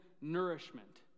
nourishment